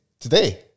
today